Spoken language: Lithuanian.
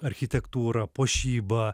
architektūra puošyba